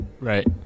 Right